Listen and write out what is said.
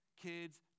Kids